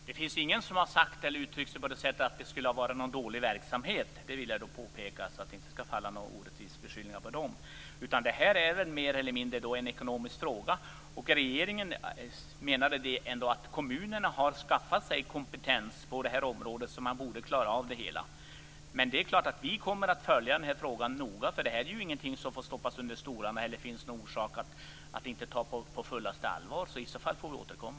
Fru talman! Det finns ingen som har sagt eller på något sätt uttryckt att det skulle ha varit en dålig verksamhet. Det vill jag påpeka, så att det inte skall falla några orättvisa beskyllningar på dem som arbetat med detta. Det här är mer eller mindre en ekonomisk fråga. Regeringen menade att kommunerna har skaffat sig kompetens på det här området, så man borde klara av åtagandet. Men det är klart att vi kommer att följa frågan noga. Det här är ingenting som får stoppas under stolarna eller som det finns orsak att inte ta på fullaste allvar. I så fall får vi återkomma.